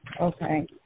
Okay